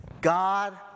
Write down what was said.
God